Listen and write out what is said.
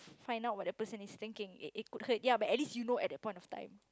find out what the person is thinking it could hurt but ya at least you know at that point in time